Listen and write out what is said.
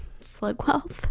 Slugwealth